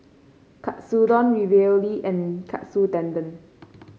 Katsudon Ravioli and Katsu Tendon